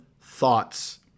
thoughts